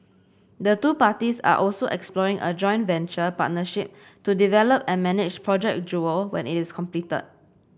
the two parties are also exploring a joint venture partnership to develop and manage Project Jewel when it is completed